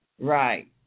Right